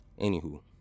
Anywho